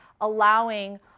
allowing